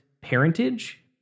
parentage